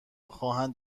خواهند